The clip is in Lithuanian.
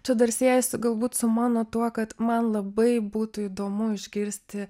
čia dar siejasi galbūt su mano tuo kad man labai būtų įdomu išgirsti